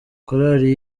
korari